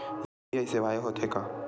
UPI सेवाएं हो थे का?